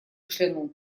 кашлянул